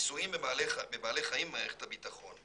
לניסויים בבעלי חיים במערכת הביטחון.